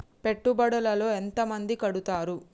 పెట్టుబడుల లో ఎంత మంది కడుతరు?